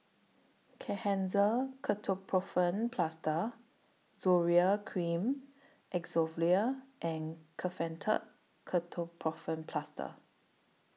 Kenhancer Ketoprofen Plaster Zoral Cream Acyclovir and Kefentech Ketoprofen Plaster